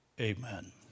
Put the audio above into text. Amen